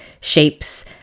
shapes